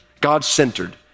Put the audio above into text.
God-centered